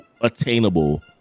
attainable